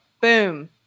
Boom